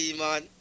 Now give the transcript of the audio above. man